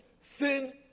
Sin